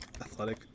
athletic